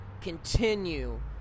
continue